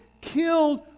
killed